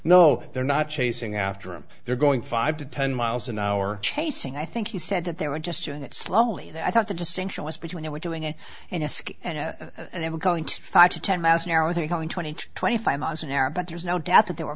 no they're not chasing after him they're going five to ten miles an hour chasing i think he said that they were just doing it slowly i thought the distinction was between they were doing it in a ski and they were going to five to ten miles an hour with a calling twenty twenty five miles an hour but there's no doubt that they were